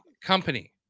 company